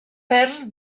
perl